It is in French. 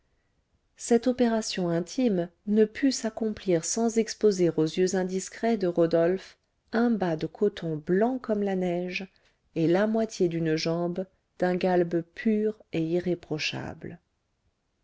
cette opération intime ne put s'accomplir sans exposer aux yeux indiscrets de rodolphe un bas de coton blanc comme la neige et la moitié d'une jambe d'un galbe pur et irréprochable